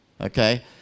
Okay